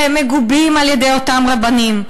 והם מגובים על-ידי אותם רבנים.